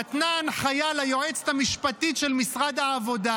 נתנה הנחיה ליועצת המשפטית של משרד העבודה